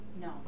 No